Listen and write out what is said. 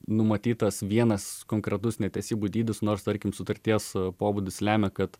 numatytas vienas konkretus netesybų dydis nors tarkim sutarties pobūdis lemia kad